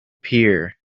pier